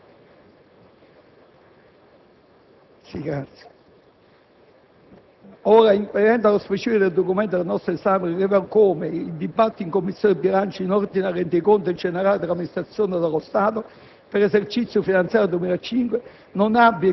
tant'è che ora lo stesso economista viene candidato a capo di varie commissioni di verifica dei conti pubblici (meglio sarebbe dire di inquisizione o di manipolazione dei conti), quali quelle create *ad hoc* dal disegno di legge finanziaria 2007.